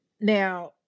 Now